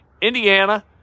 Indiana